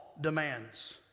demands